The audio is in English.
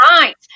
right